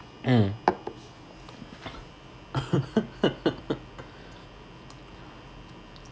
mm